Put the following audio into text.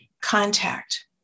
contact